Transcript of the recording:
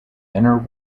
inner